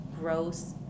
gross